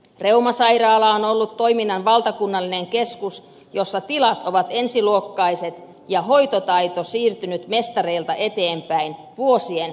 reumasairaala on ollut toiminnan valtakunnallinen keskus jossa tilat ovat ensiluokkaiset ja hoitotaito siirtynyt mestareilta eteenpäin vuosien prosesseina